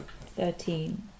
Thirteen